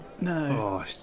No